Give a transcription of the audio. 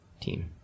team